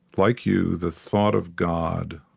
like you, the thought of god